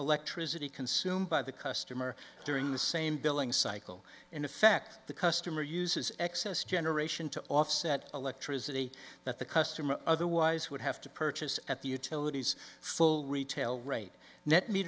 electricity consumed by the customer during the same billing cycle in effect the customer uses excess generation to offset electricity that the customer otherwise would have to purchase at the utilities full retail r